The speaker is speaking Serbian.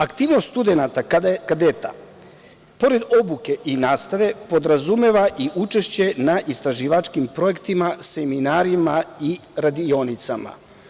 Aktivnost studenata kadeta, pored obuke i nastave, podrazumeva i učešće na istraživačkim projektima, seminarima i radionicama.